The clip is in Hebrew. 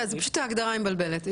ההגדרה מבלבלת.